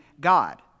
God